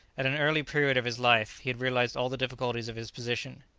at an early period of his life he had realized all the difficulties of his position,